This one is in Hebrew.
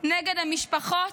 נגד המשפחות,